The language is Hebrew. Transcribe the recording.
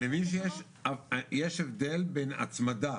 אני מבין שיש הבדל בין הצמדה